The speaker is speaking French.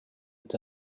est